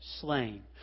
slain